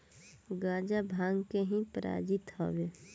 गांजा भांग के ही प्रजाति हवे